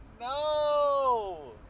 No